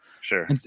Sure